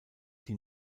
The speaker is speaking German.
die